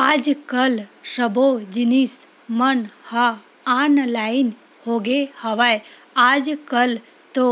आज कल सब्बो जिनिस मन ह ऑनलाइन होगे हवय, आज कल तो